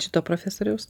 šito profesoriaus